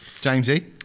Jamesy